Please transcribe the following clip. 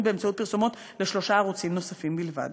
באמצעות פרסומות לשלושה ערוצים נוספים בלבד.